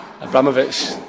Abramovich